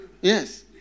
Yes